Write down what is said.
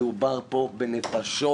מדובר פה בנפשות